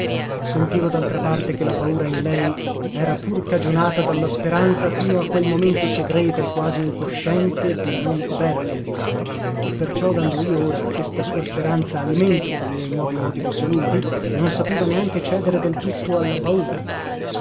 ma sentivo daltra parte che la paura in lei era pur cagionata dalla speranza fino a quel momento segreta e quasi incosciente di non perdermi e perciò dando io ora a questa sua speranza alimento co miei nuovi modi risoluti non sapeva neanche cedere del tutto alla paura